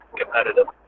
competitive